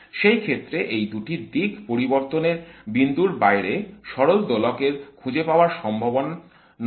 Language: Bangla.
সেই ক্ষেত্রে এই দুটি দিক পরিবর্তনের বিন্দুর বাইরে সরল দোলকের খুঁজে পাওয়া সম্ভব নয়